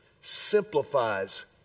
simplifies